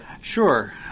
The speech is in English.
Sure